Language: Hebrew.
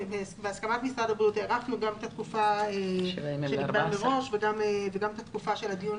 בהסכמת משרד הבריאות הארכנו את התקופה שנקבעה מראש וגם את התקופה של הדיון